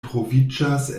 troviĝas